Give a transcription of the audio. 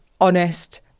honest